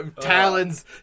talons